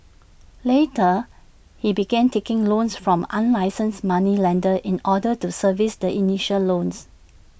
later he began taking loans from unlicensed moneylenders in order to service the initial loans